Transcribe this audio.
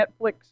Netflix